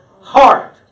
heart